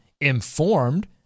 informed